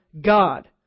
God